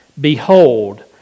Behold